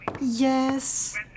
Yes